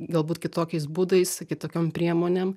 galbūt kitokiais būdais kitokiom priemonėm